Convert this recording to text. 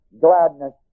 gladness